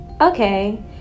okay